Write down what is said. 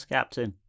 Captain